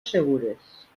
segures